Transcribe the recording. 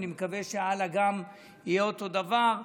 ואני מקווה שהלאה גם יהיה אותו דבר,